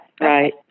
right